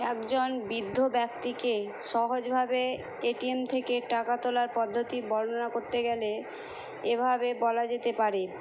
একজন বৃদ্ধ ব্যক্তিকে সহজভাবে এটিএম থেকে টাকা তোলার পদ্ধতি বর্ণনা করতে গেলে এভাবে বলা যেতে পারে